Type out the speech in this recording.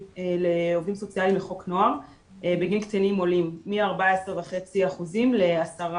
לעובדים סוציאליים לחוק נוער בגין קטינים עולים מ-14.5% ל-10.7%,